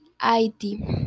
Haiti